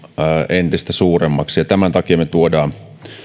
entistä suuremmaksi tämän takia me tuomme